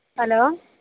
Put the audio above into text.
hello